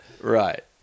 Right